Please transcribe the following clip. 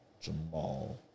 Jamal